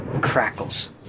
crackles